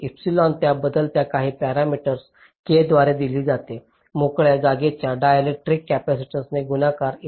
आणि त्या बदल्यात काही पॅरामीटर k द्वारे दिली जाते मोकळ्या जागेच्या डायलेक्ट्रिक कॉन्स्टंट्स ने गुणाकार